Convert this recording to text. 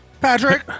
Patrick